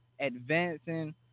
advancing